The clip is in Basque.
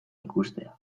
ikustea